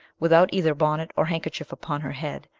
without either bonnet or handkerchief upon her head.